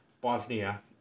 Bosnia